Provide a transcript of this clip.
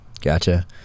Gotcha